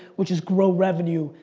which is growth revenue,